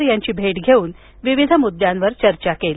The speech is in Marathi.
एस्पर यांची भेट घेऊन विविध मुद्द्यांवर चर्चा केली